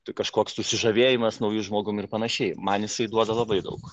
tai kažkoks susižavėjimas nauju žmogum ir panašiai man jisai duoda labai daug